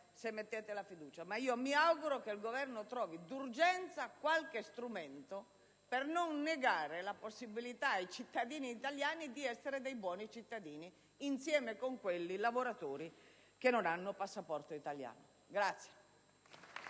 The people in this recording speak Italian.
se porrete la fiducia, ma mi auguro che il Governo individui d'urgenza qualche strumento per non negare la possibilità ai cittadini italiani di essere dei buoni cittadini, assieme a quei lavoratori che non hanno passaporto italiano.